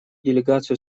делегацию